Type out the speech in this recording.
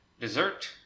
Dessert